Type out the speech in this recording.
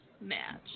match